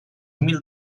mil